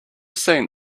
seen